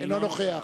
אינו נוכח